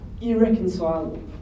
irreconcilable